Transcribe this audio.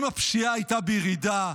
אם הפשיעה הייתה בירידה,